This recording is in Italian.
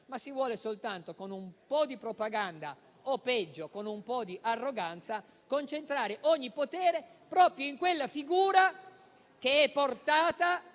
ma si vuole soltanto, con un po' di propaganda o, peggio, con un po' di arroganza, concentrare ogni potere proprio in quella figura che è portata